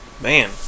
man